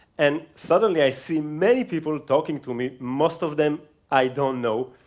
and suddenly i see many people talking to me, most of them i don't know,